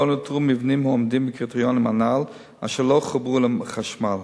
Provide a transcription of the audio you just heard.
לא נותרו מבנים העומדים בקריטריונים הנ"ל אשר לא חוברו לחשמל.